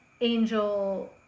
Angel